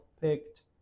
picked